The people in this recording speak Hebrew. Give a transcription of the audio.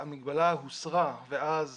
והמגבלה הוסרה, ואז